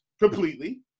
completely